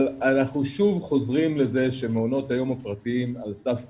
אנחנו שוב חוזרים לזה שמעונות היום הפרטיים על סף קריסה,